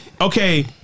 okay